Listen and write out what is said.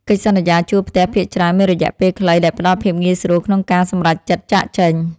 កិច្ចសន្យាជួលផ្ទះភាគច្រើនមានរយៈពេលខ្លី ដែលផ្តល់ភាពងាយស្រួលក្នុងការសម្រេចចិត្តចាកចេញ។